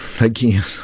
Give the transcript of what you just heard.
again